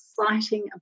exciting